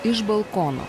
iš balkono